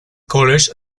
college